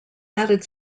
added